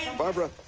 and barbara,